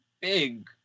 big